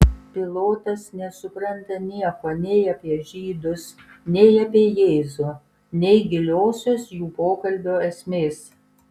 pilotas nesupranta nieko nei apie žydus nei apie jėzų nei giliosios jų pokalbio esmės